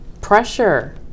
Pressure